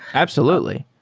absolutely.